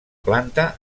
planta